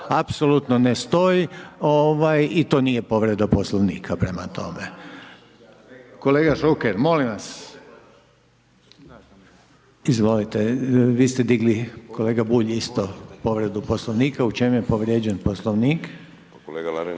apsolutno ne stoji i to nije povreda Poslovnika prema tome. Kolega Šuker, molim vas. Izvolite vi ste digli kolega Bulj povredu Poslovnika, u čem je povrijeđen Poslovnik? **Bulj, Miro